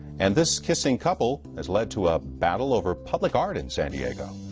and this kissing couple has lead to a battle over public art in san diego.